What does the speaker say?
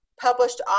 published